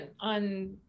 on